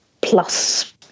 plus